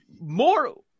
more